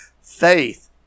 faith